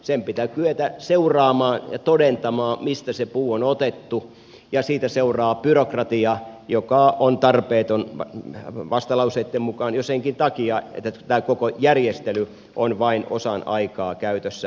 sen pitää kyetä seuraamaan ja todentamaan mistä se puu on otettu ja siitä seuraa byrokratia joka vastalauseitten mukaan on tarpeeton jo senkin takia että tämä koko järjestely on vain osan aikaa käytössä